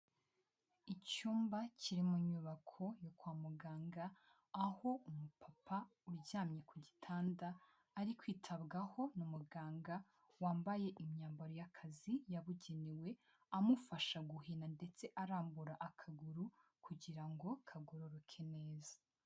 Icyumba kiri mu nyubako yo kwa muganga, aho umupapa uryamye ku gitanda ari kwitabwaho na muganga wambaye imyambaro y'akazi yabugenewe. Amufasha guhina ndetse arambura akaguru kugira ngo kagororoke neza.